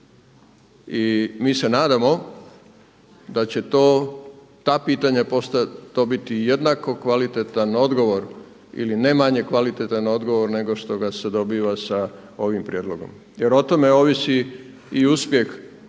I mi se nadamo da će to, ta pitanja postati, to biti jednako kvalitetan odgovor ili ne manje kvalitetan odgovor nego što ga se dobiva sa ovim prijedlogom. Jer o tome ovisiti i uspjeh